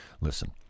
Listen